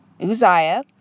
Uzziah